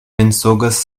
mensogas